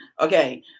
Okay